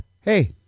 Hey